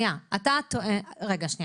רגע, שנייה.